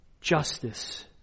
justice